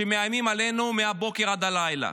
שמאיימים עלינו מהבוקר עד הלילה.